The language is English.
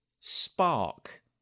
spark